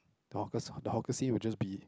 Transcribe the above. hawkers the hawkercy will just be